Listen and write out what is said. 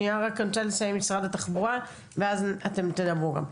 אני רק רוצה לסיים עם משרד התחבורה ואז אתם תדברו גם.